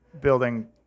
building